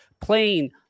playing